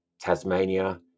Tasmania